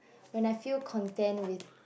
when I feel content with